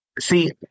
See